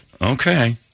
Okay